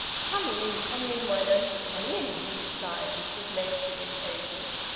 come in! come in! why don't you come in? he replied, with good-natured impatience.